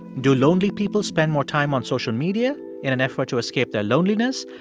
do lonely people spend more time on social media in an effort to escape their loneliness,